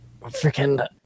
freaking